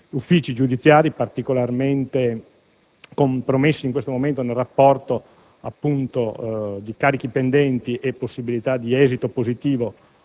uffici giudiziari particolarmente compromessi in questo momento nel rapporto appunto tra carichi pendenti e possibilità di esito positivo